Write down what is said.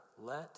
let